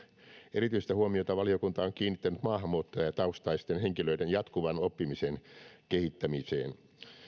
erityistä huomiota valiokunta on kiinnittänyt maahanmuuttajataustaisten henkilöiden jatkuvan oppimisen kehittämiseen